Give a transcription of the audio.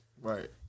Right